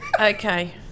Okay